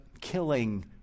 killing